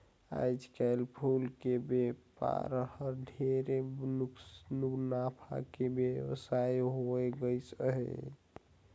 आयज कायल फूल के बेपार हर ढेरे मुनाफा के बेवसाय होवे गईस हे